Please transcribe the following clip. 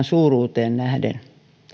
suuruuteen nähden